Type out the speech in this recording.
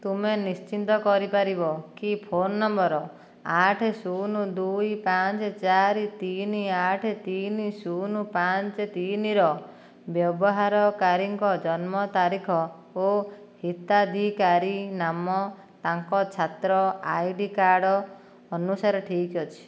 ତୁମେ ନିଶ୍ଚିତ କରିପାରିବ କି ଫୋନ ନମ୍ବର ଆଠ ଶୁନ ଦୁଇ ପାଞ୍ଚ ଚାରି ତିନି ଆଠ ତିନି ଶୁନ ପାଞ୍ଚ ତିନିର ବ୍ୟବହାରକାରୀଙ୍କ ଜନ୍ମ ତାରିଖ ଓ ହିତାଧିକାରୀ ନାମ ତାଙ୍କ ଛାତ୍ର ଆଇଡିକାର୍ଡ଼୍ ଅନୁସାରେ ଠିକ୍ ଅଛି